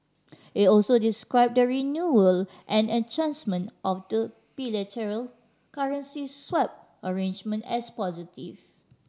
it also described the renewal and of the bilateral currency swap arrangement as positive